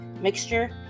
mixture